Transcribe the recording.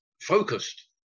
focused